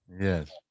Yes